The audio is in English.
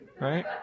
right